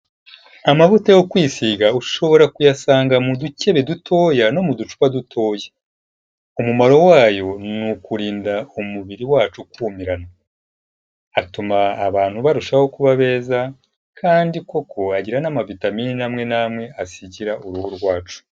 Amavuta yo kwisiga ushobora kuyasanga mu dukebe dutoya no mu ducupa dutoya, umumaro wayo ni ukurinda umubiri wacu ukumirana, atuma abantu barushaho kuba beza, kandi koko agira n'ama vitamin amwe namwe asigira uruhu rwacu.